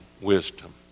wisdom